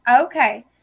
Okay